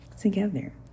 together